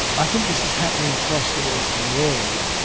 i think this is happening across the western world,